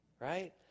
right